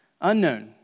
unknown